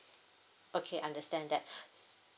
okay understand that